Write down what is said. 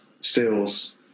stills